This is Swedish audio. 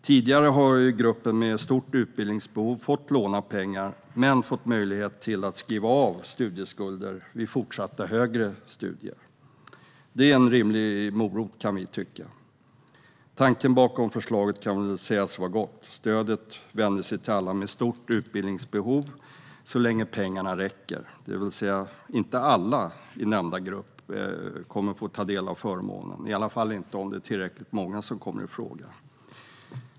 Tidigare har gruppen med stort utbildningsbehov fått låna pengar och fått möjlighet till att skriva av studieskulder vid fortsatta högre studier. Det kan vi tycka är en rimlig morot. Tanken bakom förslaget kan väl sägas vara god. Stödet vänder sig till alla med stort utbildningsbehov, så länge pengarna räcker. Alla i nämnda grupp kommer alltså inte att få ta del av förmånen, i alla fall inte om det är tillräckligt många som kommer i fråga.